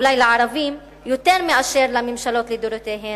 אולי לערבים יותר מאשר לממשלות לדורותיהן.